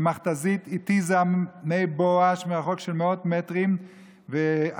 ומכת"זית התיזה מי בואש ממרחק של מאות מטרים עליה,